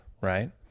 right